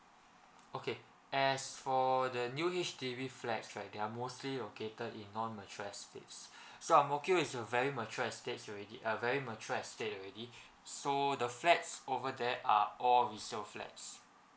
okay as for the new H_D_B flats right they are mostly located in non mature estates so angmokio is a very mature estates already uh very mature estate already so the flats over that are all resale flats